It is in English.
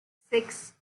six